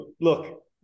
look